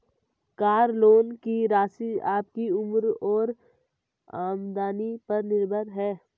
car loan की राशि आपकी उम्र और आमदनी पर निर्भर है